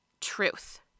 truth